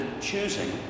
choosing